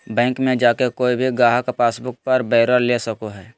bank मे जाके कोय भी गाहक पासबुक पर ब्यौरा ले सको हय